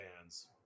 bands